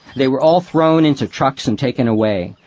they were all thrown into trucks and taken away,